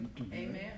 Amen